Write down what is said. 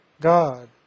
God